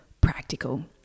practical